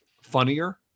funnier